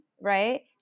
right